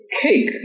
cake